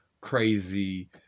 crazy